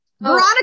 Veronica